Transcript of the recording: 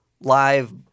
live